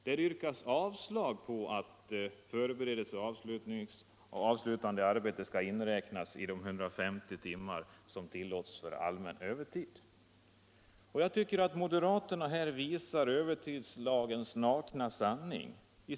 Där yrkas avslag på att förberedelseoch avslutningsarbete skall inräknas i de 150 timmar som tillåts i allmän övertid. Jag tycker att moderaternas argumentation i motionen visar övertidslagens nakna sanning.